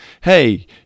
Hey